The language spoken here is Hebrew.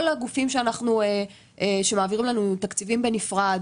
כל הגופים שמעבירים לנו תקציבים בנפרד,